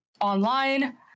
online